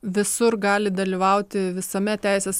visur gali dalyvauti visame teisės